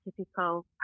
typical